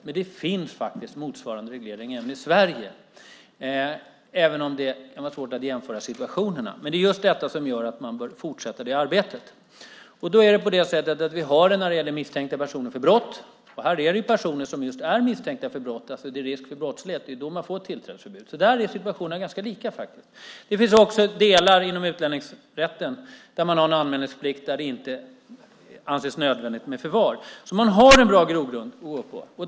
Men det finns faktiskt motsvarande reglering också i Sverige även om det är svårt att jämföra situationerna. Men det är just detta som gör att man bör fortsätta det arbetet. Vi har det när det gäller personer misstänkta för brott. Här är det ju personer som just är misstänkta för brott. Det är risk för brottslighet. Det är då man får tillträdesförbud. Där är faktiskt situationen ganska lika. Det finns också delar inom utlänningsrätten där man har en anmälningsplikt, där det inte anses nödvändigt med förvar. Det finns en bra grogrund.